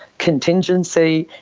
contingency,